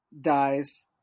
dies